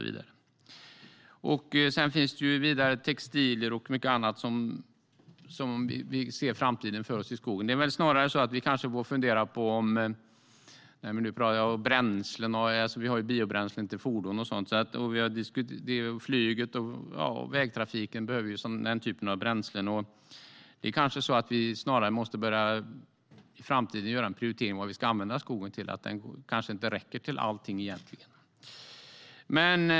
Vidare har textilier och mycket annat framtiden för sig i skogen. Vi har också biobränslen till fordon. Flyget och vägtrafiken behöver ju den typen av bränslen. Det kanske snarare är så att vi i framtiden måste prioritera vad vi ska använda skogen till. Den kanske inte räcker till allting.